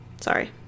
Sorry